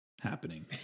happening